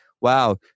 wow